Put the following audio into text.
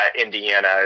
Indiana